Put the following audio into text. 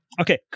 Okay